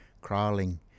crawling